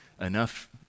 Enough